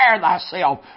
thyself